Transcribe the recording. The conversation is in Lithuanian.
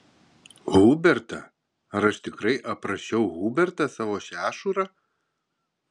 hubertą ar aš tikrai aprašiau hubertą savo šešurą